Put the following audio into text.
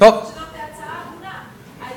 הצעה הגונה.